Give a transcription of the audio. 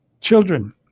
children